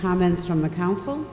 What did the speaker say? comments from the council